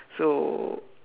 so